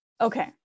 Okay